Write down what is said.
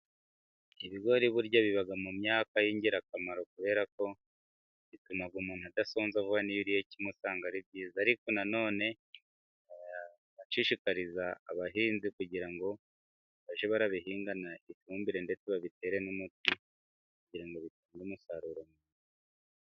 Ibigori burya biba mu myaka y'ingirakamaro kubera ko bituma umuntu adasonza vuba niyo kimwe usanga ari byiza ariko, nanone nshishikariza abahinzi kugira ngo bajye babihingana ifumbire ndetse babitere n'umuti kugira ngo bitange umusaruro umwe.